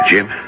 Jim